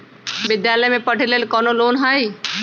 विद्यालय में पढ़े लेल कौनो लोन हई?